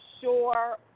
sure